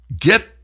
get